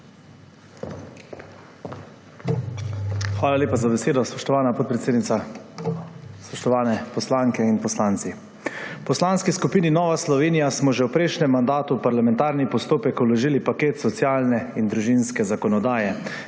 Hvala lepa za besedo, spoštovana podpredsednica. Spoštovane poslanke in poslanci! V Poslanski skupini Nova Slovenija smo že v prejšnjem mandatu v parlamentarni postopek vložili paket socialne in družinske zakonodaje,